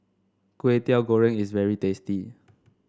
Kway Teow Goreng is very tasty